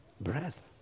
breath